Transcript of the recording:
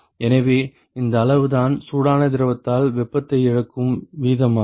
எனவே அந்த அளவுதான் சூடான திரவத்தால் வெப்பத்தை இழக்கும் வீதமாகும்